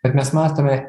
bet mes mąstome